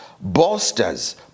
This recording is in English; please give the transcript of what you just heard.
bolsters